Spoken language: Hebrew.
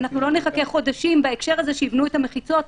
לא נחכה חודשים לזה שיבנו מחיצות.